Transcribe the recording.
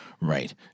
Right